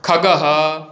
खगः